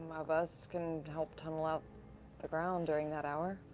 of us can help tunnel out the ground during that hour.